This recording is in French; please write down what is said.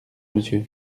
monsieur